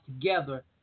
together